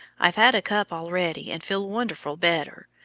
i've had a cup already, and feel wonderful better.